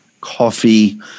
coffee